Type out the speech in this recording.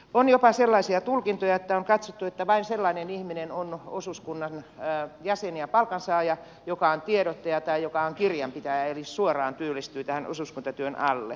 on jopa sellaisia tulkintoja että on katsottu että vain sellainen ihminen on osuuskunnan jäsen ja palkansaaja joka on tiedottaja tai joka on kirjanpitäjä eli suoraan työllistyy tähän osuuskuntatyön alle